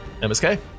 MSK